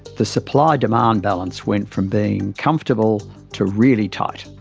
the supply-demand balance went from being comfortable to really tight,